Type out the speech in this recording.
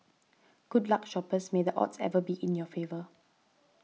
good luck shoppers may the odds ever be in your favour